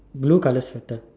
blue color sweater